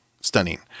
stunning